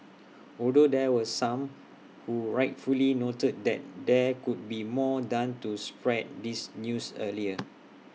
although there was some who rightfully noted that there could be more done to spread this news earlier